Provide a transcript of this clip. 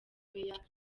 meya